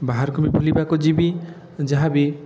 ବାହାରକୁ ବି ବୁଲିବାକୁ ଯିବି ଯାହା ବି